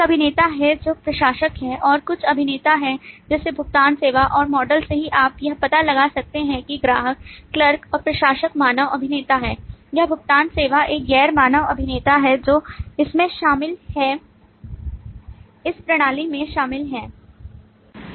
एक अभिनेता है जो प्रशासक है और कुछ अभिनेता है जैसे भुगतान सेवा और मॉडल से ही आप यह पता लगा सकते हैं कि ग्राहक क्लर्क और प्रशासक मानव अभिनेता हैं यह भुगतान सेवा एक गैर मानव अभिनेता है जो इसमें प्रणाली मे शामिल है